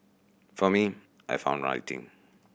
for me I found writing